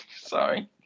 sorry